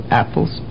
apples